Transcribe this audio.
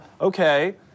okay